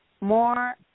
more